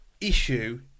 issue